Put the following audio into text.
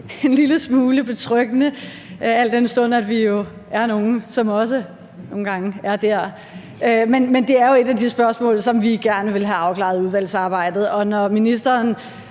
en lille smule betryggende, al den stund at vi jo også er nogle, som nogle gange er der. Men det er jo et af de spørgsmål, som vi gerne vil have afklaret i udvalgsarbejdet, og når ministeren